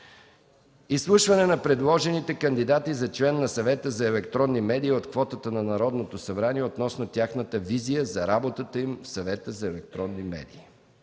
Изслушване на предложените кандидати за член на Съвета за електронни медии от квотата на Народното събрание относно тяхната визия за работата им в Съвета за електронни медии